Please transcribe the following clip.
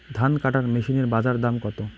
ধান কাটার মেশিন এর বাজারে দাম কতো?